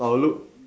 I will look